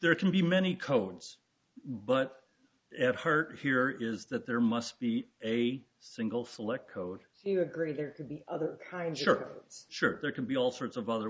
there can be many codes but her here is that there must be a single select code you agree there could be other high insurance sure there can be all sorts of other